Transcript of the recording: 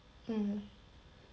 mm